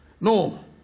No